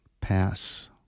pass